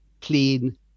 clean